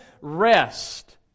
rest